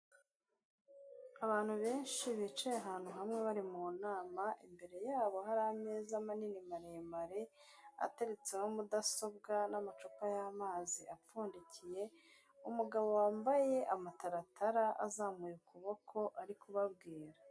Abantu benshi bicaye ahantu hamwe bari mu nama, imbere yabo hari ameza manini maremare ateretseho mudasobwa n'amacupa y'amazi apfundikiye, umugabo wambaye amataratara azamuye ukuboko ari kubabwira.